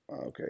Okay